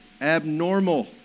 abnormal